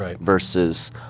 versus